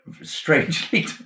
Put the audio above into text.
strangely